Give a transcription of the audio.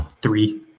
three